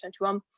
2021